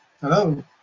Hello